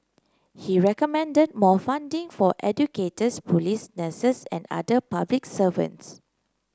he recommended more funding for educators police nurses and other public servants